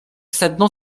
sedno